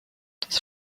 das